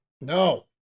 No